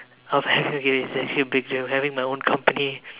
of having okay it's actually a big dream of having my own company